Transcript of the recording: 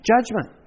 judgment